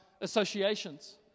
associations